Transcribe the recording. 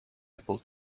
able